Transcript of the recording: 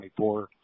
24